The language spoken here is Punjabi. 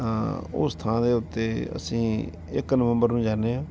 ਹਾਂ ਉਸ ਥਾਂ ਦੇ ਉੱਤੇ ਅਸੀਂ ਇੱਕ ਨਵੰਬਰ ਨੂੰ ਜਾਂਦੇ ਹਾਂ